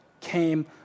came